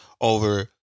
over